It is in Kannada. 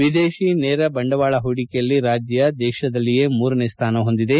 ವಿದೇಶಿ ನೇರ ಬಂಡವಾಳ ಹೂಡಿಕೆಯಲ್ಲಿ ರಾಜ್ಯ ದೇಶದಲ್ಲಿಯೇ ಮೂರನೇ ಸ್ಥಾನ ಹೊಂದಿದೆ